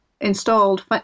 installed